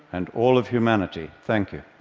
and all of humanity. thank you.